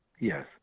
Yes